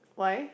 why